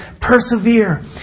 Persevere